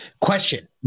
Question